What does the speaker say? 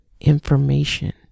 information